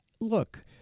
Look